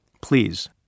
please